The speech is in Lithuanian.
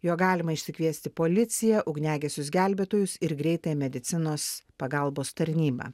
juo galima išsikviesti policiją ugniagesius gelbėtojus ir greitąją medicinos pagalbos tarnybą